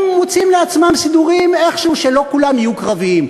רוצה ילמדו, וילכו לשירות קרבי.